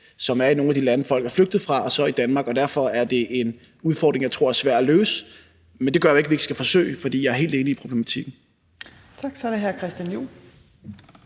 der er i nogle af de lande, folk er flygtet fra, og den, der er i Danmark. Og derfor er det en udfordring, jeg tror er svær at løse, men det gør jo ikke, at vi ikke skal forsøge, for jeg er helt enig i problematikken. Kl. 11:47 Fjerde næstformand